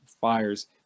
fires